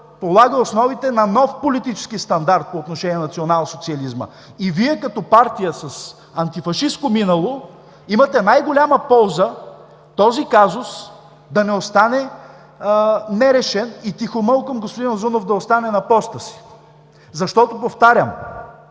полага основите на нов политически стандарт по отношение на национал-социализма. И Вие като партия с антифашистко минало имате най-голяма полза този казус да не остане нерешен и тихомълком господин Узунов да остане на поста си. Повтарям